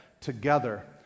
together